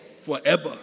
forever